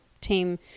team